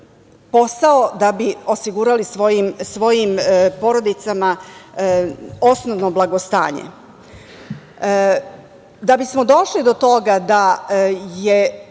posao da bi osigurali svojim porodicama osnovno blagostanje. Da bismo došli do toga da je